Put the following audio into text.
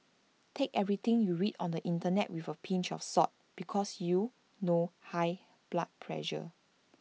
take everything you read on the Internet with A pinch of salt because you know high blood pressure